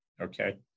Okay